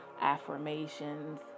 affirmations